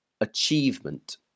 achievement